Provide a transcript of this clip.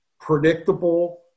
predictable